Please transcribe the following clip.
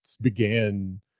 began